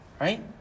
Right